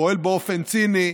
פועל באופן ציני,